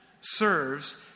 serves